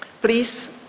Please